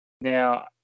Now